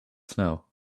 snow